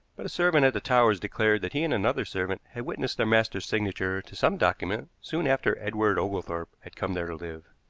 but a servant at the towers declared that he and another servant had witnessed their master's signature to some document soon after edward oglethorpe had come there to live.